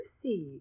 see